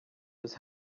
was